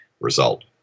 result